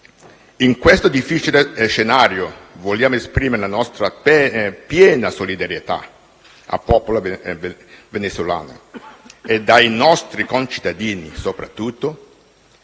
In questo difficile scenario vogliamo esprimere la nostra piena solidarietà al popolo venezuelano e soprattutto ai nostri concittadini che vivono